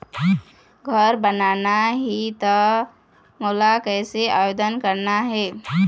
घर बनाना ही त मोला कैसे आवेदन करना हे?